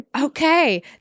Okay